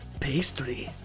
pastry